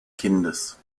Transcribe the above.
kindes